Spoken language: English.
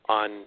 on